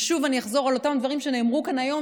ושוב אני אחזור על אותם דברים שנאמרו כאן היום